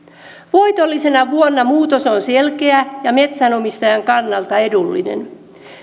voitollisena vuonna muutos on selkeä ja metsänomistajan kannalta edullinen